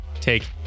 take